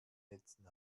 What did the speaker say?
netzen